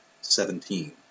Seventeen